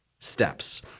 steps